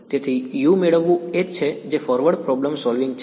તેથી u મેળવવું એ જ છે જે ફોરવર્ડ પ્રોબ્લેમ સોલ્વિંગ છે